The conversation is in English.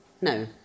No